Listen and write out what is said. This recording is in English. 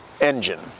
engine